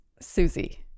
susie